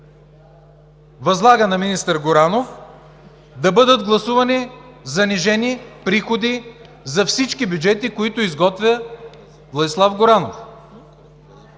възлага на министър Горанов да бъдат гласувани занижени приходи за всички бюджети, които изготвя Владислав Горанов?